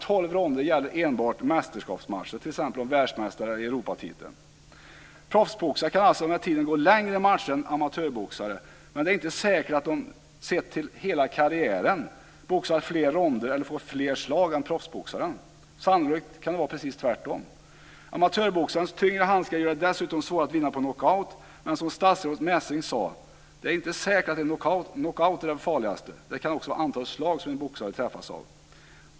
Tolv ronder gäller enbart mästerskapsmatcher om t.ex. Proffsboxare kan alltså med tiden gå längre matcher än amatörboxare, men det är inte säkert att de sett till hela karriären boxar fler ronder eller får fler slag än amatörboxaren. Sannolikt kan det vara precis tvärtom. Amatörboxarens tyngre handskar gör det dessutom svårare att vinna på knockout, men som statsrådet Messing sade är det inte säkert att en knockout är farligast; det kan också vara antalet slag som en boxare träffas av.